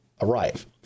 arrive